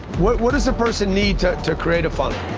what what does a person need to create a funnel?